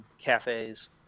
cafes